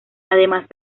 además